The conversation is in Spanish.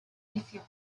juicio